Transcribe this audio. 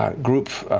um group,